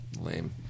lame